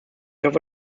hoffe